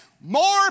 More